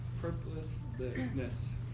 Purposelessness